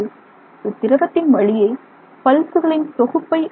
இது திரவத்தின் வழியே பல்சுகளின் தொகுப்பை அனுப்புகிறது